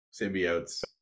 symbiotes